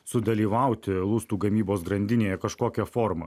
sudalyvauti lustų gamybos grandinėje kažkokia forma